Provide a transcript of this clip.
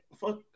fuck